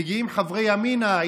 מגיעים חברי ימינה,